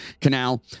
canal